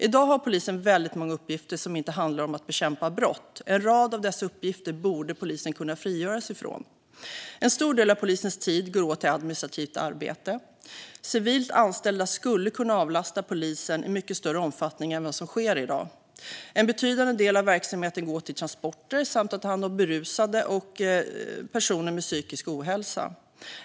I dag har polisen väldigt många uppgifter som inte handlar om att bekämpa brott. En rad av dessa uppgifter borde polisen kunna frigöras ifrån. En stor del av polisens tid går åt till administrativt arbete. Civilt anställda skulle kunna avlasta poliser i mycket större omfattning än vad som sker i dag. En betydande del av verksamheten går åt till transporter samt att ta hand om berusade och personer med psykisk ohälsa.